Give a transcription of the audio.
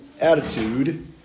attitude